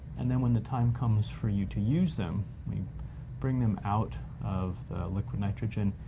and then when the time comes for you to use them, we bring them out of the liquid nitrogen,